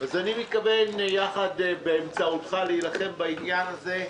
אני מתכוון באמצעותך להילחם בעניין הזה.